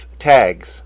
tags